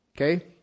Okay